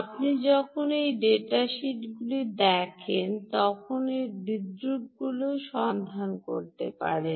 আপনি যখন ডেটা শিটগুলি দেখেন তখন এই বিদ্রূপটিও সন্ধান করতে হবে